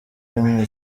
rimwe